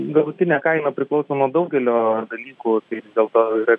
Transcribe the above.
galutinė kaina priklauso nuo daugelio dalykų tai vis dėlto yra